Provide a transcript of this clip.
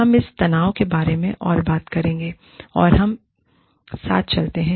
हम इस तनाव के बारे में और बात करेंगे जैसे हम साथ चलते हैं